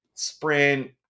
Sprint